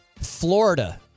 Florida